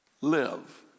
live